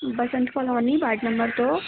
बसंत colony ward number दो